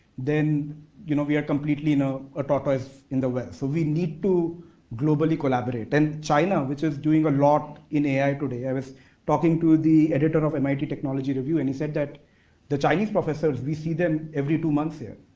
then you know we're completely no ah in the west. so, we need to globally collaborate, and china which is doing a lot in ai today, i was talking to the editor of mit technology review and he said that the chinese professors we see them every two months here.